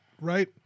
right